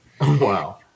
Wow